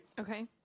Okay